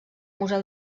museu